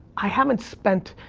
i haven't spent